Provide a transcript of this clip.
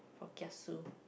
or kiasu